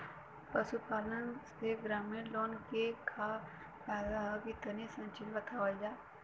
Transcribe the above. पशुपालन से ग्रामीण लोगन के का का फायदा ह तनि संक्षिप्त में बतावल जा?